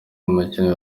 umukinnyi